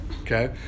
Okay